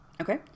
Okay